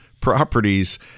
properties